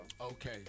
Okay